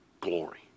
glory